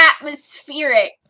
Atmospheric